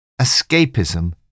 Escapism